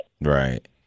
right